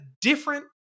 different